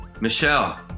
Michelle